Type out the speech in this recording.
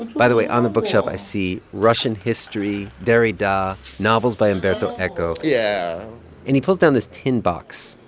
by the way, on the bookshelf, i see russian history, derrida, novels by umberto eco yeah and he pulls down this tin box.